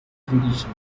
condition